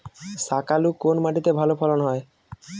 শাকালু কোন মাটিতে ভালো ফলন হয়?